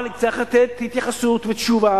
אבל צריך לתת התייחסות ותשובה,